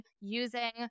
using